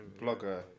blogger